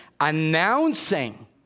Announcing